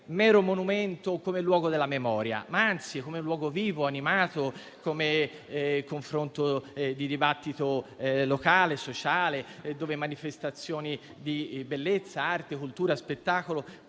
mero monumento e come luogo della memoria, ma anzi come luogo vivo e animato, come luogo di confronto, di dibattito locale e sociale, e dove manifestazioni di bellezza, arte, cultura e spettacolo